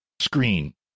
screen